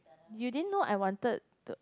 you didn't know I wanted to